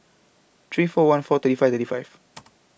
three four one four thirty five thirty five